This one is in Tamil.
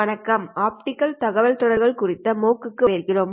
வணக்கம் ஆப்டிகல் தகவல் தொடர்புகள் குறித்து MOOCக்கு வரவேற்கிறோம்